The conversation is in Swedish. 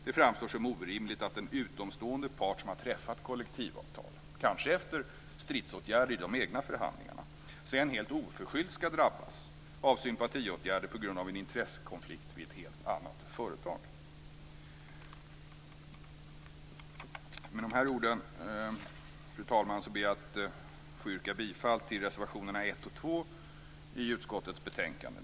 Det framstår som orimligt att en utomstående part som har träffat kollektivavtal, kanske efter stridsåtgärd i de egna förhandlingarna, sedan helt oförskyllt ska drabbas av sympatiåtgärder på grund av en intressekonflikt vid ett helt annat företag. Med de här orden, fru talman, ber jag att få yrka bifall till reservationerna 1 och 2 vid utskottets betänkande.